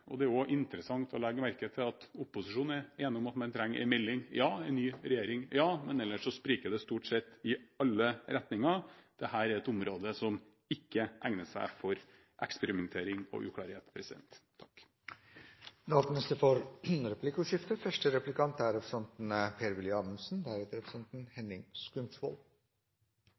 år. Det er også interessant å legge merke til at opposisjonen er enige om at man trenger en melding, ja, og en ny regjering, ja, men ellers spriker det stort sett i alle retninger. Dette er et område som ikke egner seg for eksperimentering og uklarhet. Det blir replikkordskifte. Jeg deler statsrådens vurdering av at energiområdet ikke er et felt som egner seg for